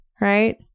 right